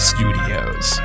Studios